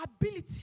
ability